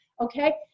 okay